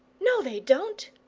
no, they don't,